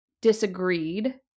disagreed